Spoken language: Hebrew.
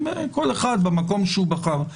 כל אחד במקום שהוא בחר.